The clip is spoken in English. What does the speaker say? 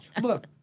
Look